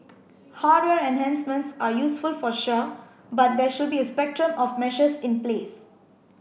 hardware enhancements are useful for sure but there should be a spectrum of measures in place